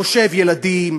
חושב על ילדים,